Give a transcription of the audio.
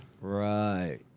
Right